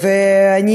ושוב אני